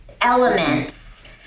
elements